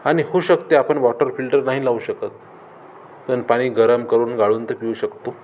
आणि होऊ शकते आपण वॉटर फिल्टर नाही लावू शकत पण पाणी गरम करून गाळून तर पिऊ शकतो